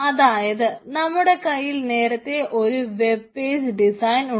അതായത് നമ്മുടെ കയ്യിൽ നേരത്തെ ഒരു വെബ് പേജ് ഡിസൈൻ ഉണ്ട്